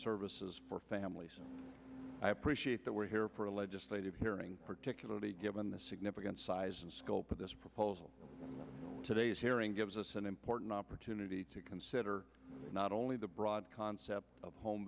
services for families i appreciate that we're here for a legislative hearing particularly given the significant size and scope of this proposal today's hearing gives us an important opportunity to consider not only the broad concept of home